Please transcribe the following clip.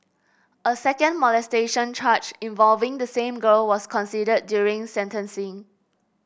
a second molestation charge involving the same girl was considered during sentencing